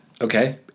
Okay